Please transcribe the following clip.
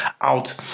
out